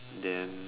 then